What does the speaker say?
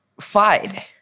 fight